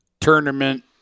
tournament